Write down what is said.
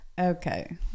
okay